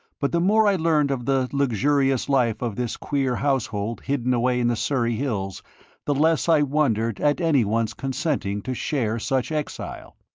but the more i learned of the luxurious life of this queer household hidden away in the surrey hills the less i wondered at any one's consenting to share such exile.